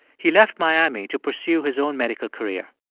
he left miami to pursue his own medical career.